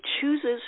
chooses